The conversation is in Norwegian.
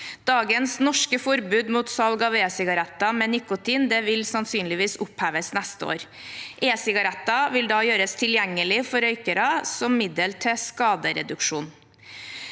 Dagens norske forbud mot salg av e-sigaretter med nikotin vil sannsynligvis oppheves neste år. E-sigaretter vil da gjøres tilgjengelig for røykere som middel til skadereduksjon.